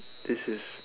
this is